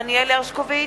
נגד דניאל הרשקוביץ,